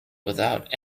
without